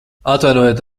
atvainojiet